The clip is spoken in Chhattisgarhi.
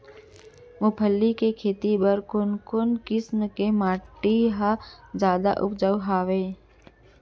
मूंगफली के खेती बर कोन कोन किसम के माटी ह जादा उपजाऊ हवये?